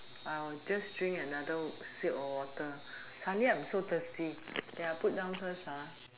I will just drink another sip of water suddenly I am so thirsty okay I put down first ah